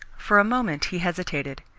for a moment he hesitated.